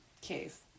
case